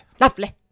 Lovely